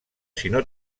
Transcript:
sinó